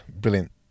brilliant